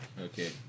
Okay